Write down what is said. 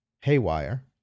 haywire